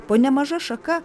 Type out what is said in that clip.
po nemaža šaka